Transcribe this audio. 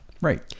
Right